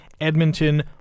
Edmonton